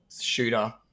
shooter